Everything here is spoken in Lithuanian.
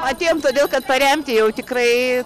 atėjom todėl kad paremti jau tikrai